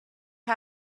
had